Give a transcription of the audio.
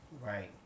Right